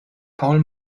paul